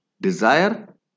Desire